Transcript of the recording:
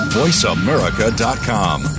voiceamerica.com